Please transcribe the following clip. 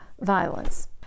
violence